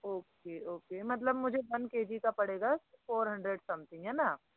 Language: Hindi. ओके ओके मतलब मुझे वन केजी का पड़ेगा फोर हंड्रेड समथिंग है ना